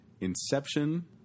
Inception